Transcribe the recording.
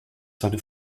seine